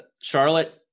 Charlotte